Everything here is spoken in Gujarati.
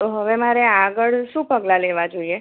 હવે મારે આગળ શું પગલાં લેવાં જોઈએ